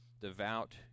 devout